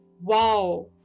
wow